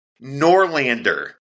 Norlander